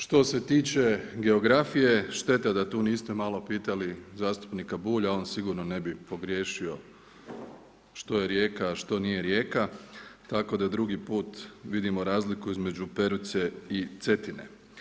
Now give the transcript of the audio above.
Što se tiče geografije, šteta da tu niste malo pitali zastupnika Bulja, on sigurno ne bi pogriješio što je rijeka a što nije rijeka tako da drugi put vidimo razliku između Peruce i Cetine.